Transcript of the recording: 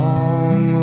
Long